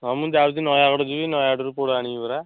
ହଁ ମୁଁ ଯାଉଛି ନୟାଗଡ଼ ଯିବି ନୟାଗଡ଼ରୁ ପୋଡ଼ ଆଣିବି ପରା